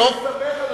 למה אתה מסתבך,